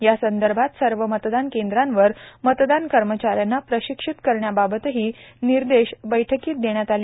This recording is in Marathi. यासदर्भात सर्व मतदान केंद्रावर मतदान कर्मचाऱ्यांना प्रशिक्षित करण्याबाबत निर्देशही बैठकीत देण्यात आले